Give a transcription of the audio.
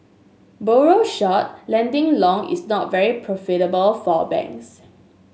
borrow short lending long is not very profitable for banks